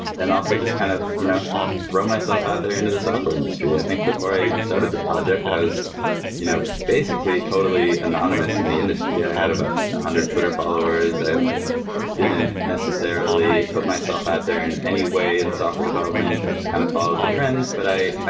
then also just kind of you know throw myself out there into the software industry i think before i even started this project, i was you know basically totally anonymous in the industry. i had about a one hundred twitter followers, i like didn't necessarily put myself out there in any way in software development. i just kind of followed the trends, but i i